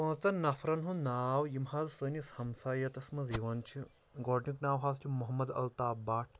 پانٛژن نَفرَن ہُنٛد ناو یِم حظ سٲنِس ہمسایَتَس منٛز یِوان چھِ گۄڈنیُک ناو حظ چھُ محمد الطاف بَٹ